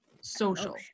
social